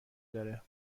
داره